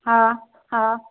हा हा